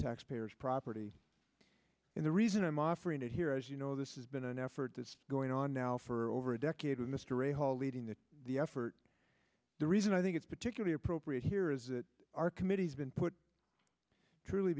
taxpayers property and the reason i'm offering it here is you know this is been an effort that's going on now for over a decade with mr a whole leading the effort the reason i think it's particularly appropriate here is that our committee's been put truly